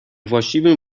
właściwym